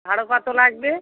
ভাড়া কত লাগবে